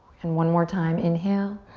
and one more time, inhale.